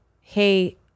Hey